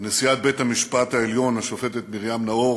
נשיאת בית-המשפט העליון השופטת מרים נאור